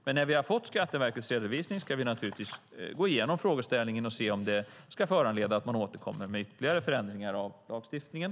Men när vi har fått Skatteverkets redovisning ska vi naturligtvis gå igenom frågeställningen och se om detta ska föranleda att man återkommer med ytterligare förändringar av lagstiftningen.